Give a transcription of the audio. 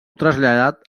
traslladat